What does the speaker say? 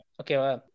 okay